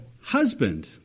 husband